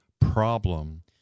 problem